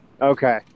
okay